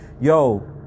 yo